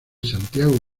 santiago